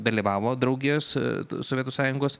dalyvavo draugijos sovietų sąjungos